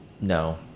no